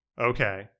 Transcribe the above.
Okay